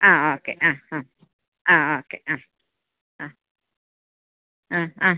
ആ ഓക്കെ ആ ആ ആ ഓക്കെ ആ ആ ആ ആ